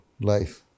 life